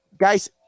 guys